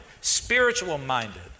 spiritual-minded